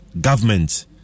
government